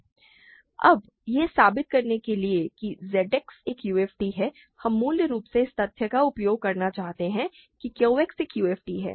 अब यह साबित करने के लिए कि Z X एक UFD है हम मूल रूप से इस तथ्य का उपयोग करना चाहते हैं कि Q X एक UFD है